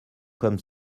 comme